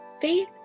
Faith